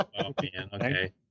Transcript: okay